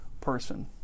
person